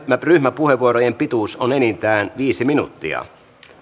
ryhmäpuheenvuorojen pituus on enintään viisi minuuttia